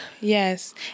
Yes